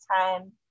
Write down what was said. time